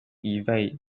evade